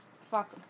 Fuck